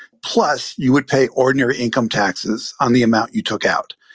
plus, you would pay ordinary income taxes on the amount you took out.